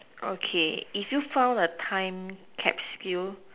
okay if you found a time capsule